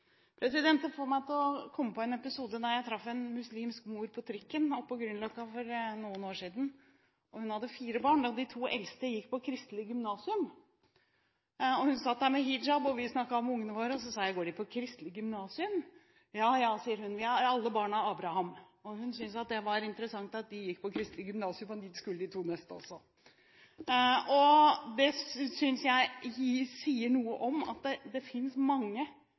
Det får meg til å komme på en episode da jeg traff en muslimsk mor på trikken på Grünerløkka for noen år siden. Hun hadde fire barn, og de to eldste gikk på Kristelig Gymnasium. Hun satt der med hijab, vi snakket om ungene våre, og så sa jeg: «Går de på Kristelig Gymnasium?» «Ja, ja», sier hun, «vi er alle barn av Abraham.» Hun syntes det var interessant at de gikk på Kristelig Gymnasium, og dit skulle de to neste også. Det synes jeg sier noe om at det finnes mange